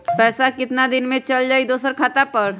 पैसा कितना दिन में चल जाई दुसर खाता पर?